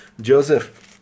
Joseph